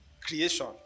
creation